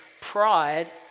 pride